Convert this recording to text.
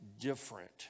different